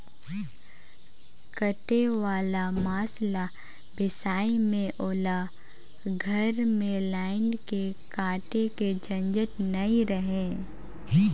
कटे वाला मांस ल बेसाए में ओला घर में लायन के काटे के झंझट नइ रहें